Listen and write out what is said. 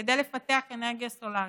כדי לפתח אנרגיה סולרית.